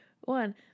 one